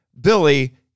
Billy